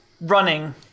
running